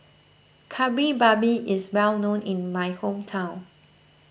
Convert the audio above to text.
Kari Babi is well known in my hometown